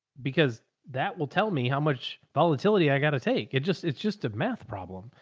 because that will tell me how much volatility i got to take. it just, it's just a math problem.